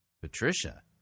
Patricia